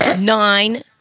Nine